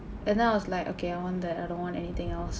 and then I was like okay I want that I don't want anything else